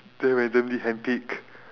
play randomly and pick